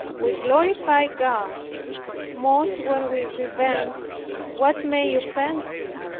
we glorify god most when we prevent what may offend him.